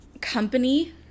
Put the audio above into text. company